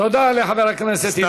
תודה לחבר הכנסת אילן גילאון.